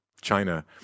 china